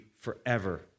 forever